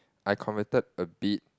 I converted a bit